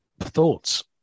thoughts